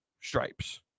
stripes